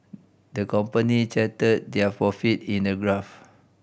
the company charted their profit in a graph